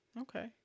okay